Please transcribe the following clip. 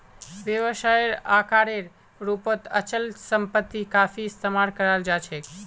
व्यवसायेर आकारेर रूपत अचल सम्पत्ति काफी इस्तमाल कराल जा छेक